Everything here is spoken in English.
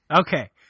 Okay